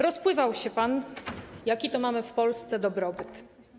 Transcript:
Rozpływał się pan, jaki to mamy w Polsce dobrobyt.